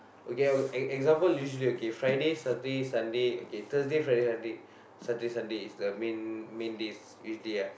okay e~ example usually okay Friday Saturday Sunday okay Thursday Friday Sunday Saturday Sunday is the main main days usually lah